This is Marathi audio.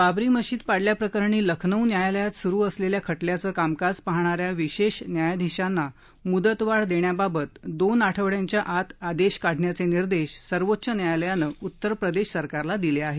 बाबरी मशीद पाडल्याप्रकरणी लखनौ न्यायालयात सुरु असलेल्या खटल्याचं कामकाम पाहणा या विशेष न्यायाधीशांना मुदतवाढ देण्याबाबत दोन आठवडयाच्या आत आदेश काढण्याचे निर्देश सर्वोच्च न्यायालयानं उत्तर प्रदेशसरकारला दिले आहेत